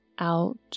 out